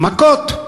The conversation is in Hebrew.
מכות.